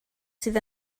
sydd